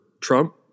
Trump